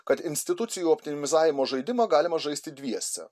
kad institucijų optimizavimo žaidimą galima žaisti dviese